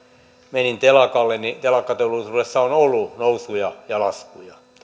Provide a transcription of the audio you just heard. menin telakalle telakkateollisuudessa on ollut nousuja ja laskuja